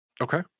Okay